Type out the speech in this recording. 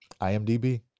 IMDb